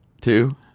two